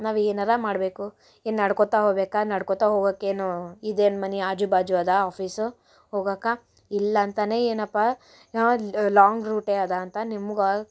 ನಾವು ಏನಾರ ಮಾಡಬೇಕು ಏನು ನಡ್ಕೊಳ್ತಾ ಹೋಬೇಕಾ ನಡ್ಕೋತ ಹೋಗಕ್ಕೆ ಏನು ಇದೇನು ಮನೆ ಆಜು ಬಾಜು ಅದ ಆಫೀಸು ಹೋಗಾಕ ಇಲ್ಲಂತನೇ ಏನಪ್ಪ ಲಾಂಗ್ ರೂಟೇ ಅದ ಅಂತ ನಿಮ್ಗ